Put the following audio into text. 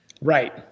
right